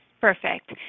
Perfect